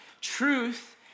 Truth